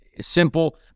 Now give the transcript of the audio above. simple